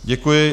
Děkuji.